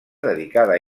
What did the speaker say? dedicada